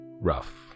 rough